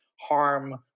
harm